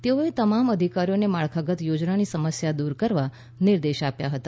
તેઓએ તમામ અધિકારીઓને માળખાગત યોજનાઓની સમસ્યા દૂર કરવા નિર્દેશ આપ્યા હતા